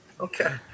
Okay